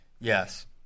Yes